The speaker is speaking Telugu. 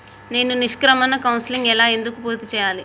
నేను నిష్క్రమణ కౌన్సెలింగ్ ఎలా ఎందుకు పూర్తి చేయాలి?